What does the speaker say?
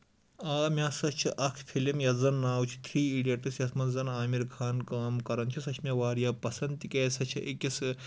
آ مےٚ ہسا چھِ اکھ فِلم یَتھ زَن ناو چھُ تھری اِیٖڈیٹٕس یَتھ منٛز آمر خان کٲم کران چھُ سۄ چھےٚ مےٚ واریاہ پسنٛد تِکیازِ سۄ چھےٚ أکِس